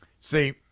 See